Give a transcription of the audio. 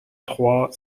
trois